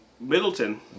Middleton